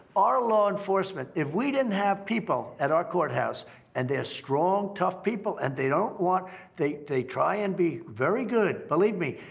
our law enforcement if we didn't have people at our courthouse and they're strong, tough people, and they don't want they they try and be very good, believe me,